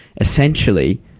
essentially